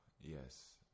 yes